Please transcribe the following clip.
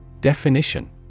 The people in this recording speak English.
Definition